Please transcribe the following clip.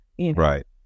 Right